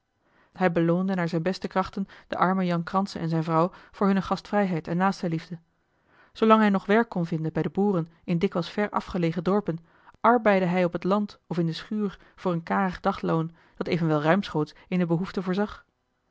hij beloonde naar zijne beste krachten den armen jan kranse en zijne vrouw voor hunne gastvrijheid en naastenliefde zoolang hij nog werk kon vinden bij de boeren in dikwijls ver afgelegen dorpen arbeidde hij op het land of in de schuur voor een karig dagloon dat evenwel ruimschoots in de behoeften voorzag